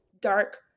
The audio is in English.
dark